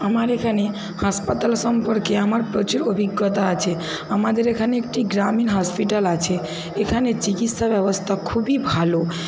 আমার এখানে হাসপাতাল সম্পর্কে আমার প্রচুর অভিজ্ঞতা আছে আমাদের এখানে একটি গ্রামীণ হসপিটাল আছে এখানে চিকিৎসা ব্যবস্থা খুবই ভালো